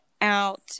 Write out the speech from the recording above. out